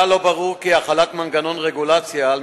כלל לא ברור כי החלת מנגנון רגולציה על